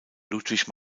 ludwig